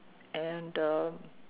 and uh